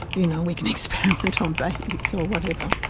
you know, we can experiment on babies or whatever.